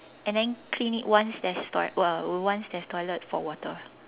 and then clean it once there's toi~ uh once there's toilet for water